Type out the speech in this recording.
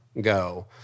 go